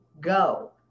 go